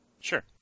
Sure